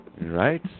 Right